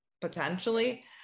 potentially